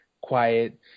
quiet